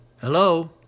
Hello